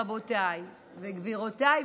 רבותיי וגבירותיי,